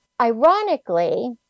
ironically